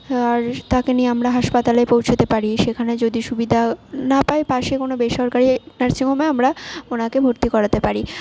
আর তাকে নিয়ে আমরা হাসপাতালে পৌঁছাতে পারি সেখানে যদি সুবিধা না পাই পাশে কোনো বেসরকারি নার্সিংহোমে আমরা ওনাকে ভর্তি করাতে পারি